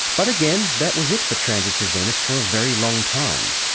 but again, that was it for transits of venus for a very long time.